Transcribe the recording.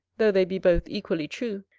though they be both equally true,